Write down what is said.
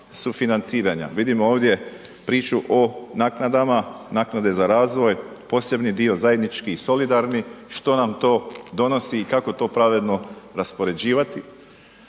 sufinanciranja? Vidimo ovdje priču o naknadama, naknade za razvoj, posebni dio, zajednički i solidarni što nam to donosi i kako to pravedno raspoređivati.